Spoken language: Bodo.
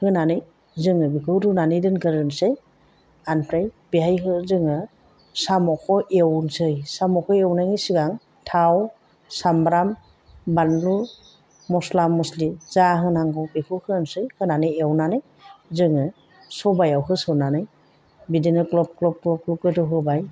होनानै जोङो बेखौ रुनानै दोनग्रोनोसै ओमफ्राय बेवहाय जोङो साम'खौ एवनोसै साम'खौ एवनायनि सिगां थाव साम्ब्राम बानलु मस्ला मस्लि जा होनांगौ बेखौ होनोसै होनानै एवनानै जोङो सबायाव होसननानै बिदिनो ग्ल'ब ग्ल'ब गोदौ होबाय